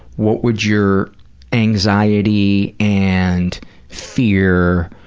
what would your anxiety and fear,